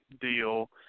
deal